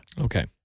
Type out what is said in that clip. Okay